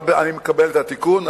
אבל אני מקבל את התיקון,